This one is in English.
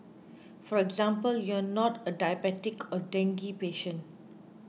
for example you are not a diabetic or dengue patient